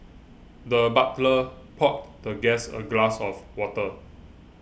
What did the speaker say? the butler poured the guest a glass of water